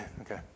okay